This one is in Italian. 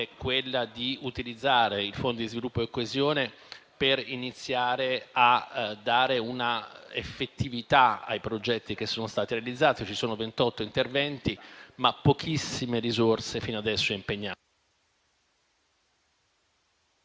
quella di utilizzare i fondi sviluppo e coesione per iniziare a dare una effettività ai progetti che sono stati realizzati. Ci sono ventotto interventi, ma pochissime risorse fino adesso impegnate.